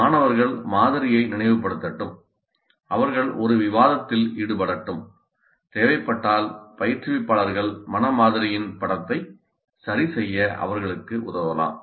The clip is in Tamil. மாணவர்கள் மாதிரியை நினைவுபடுத்தட்டும் அவர்கள் ஒரு விவாதத்தில் ஈடுபடட்டும் தேவைப்பட்டால் பயிற்றுவிப்பாளர்கள் மன மாதிரியின் படத்தை சரிசெய்ய அவர்களுக்கு உதவலாம்